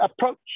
approach